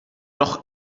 doch